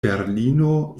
berlino